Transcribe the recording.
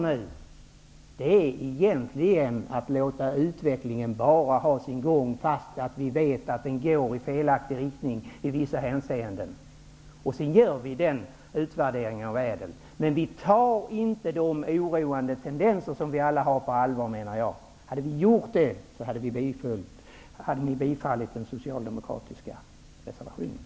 Nu låter vi egentligen utvecklingen bara ha sin gång, fastän vi vet att den i vissa hänseenden går i felaktig riktning. Nu görs en utvärdering av ÄDEL-reformen. Men ni tar inte de oroande tendenser som finns på allvar. Hade ni gjort det, hade ni tillstyrkt den socialdemokratiska reservationen.